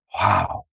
Wow